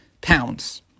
pounds